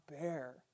bear